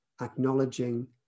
acknowledging